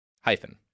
hyphen